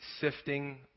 sifting